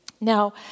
Now